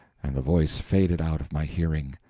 and the voice faded out of my hearing!